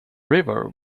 river